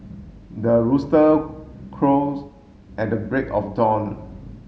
the rooster crows at the break of dawn